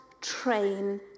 train